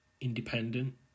independent